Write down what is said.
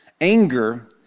Anger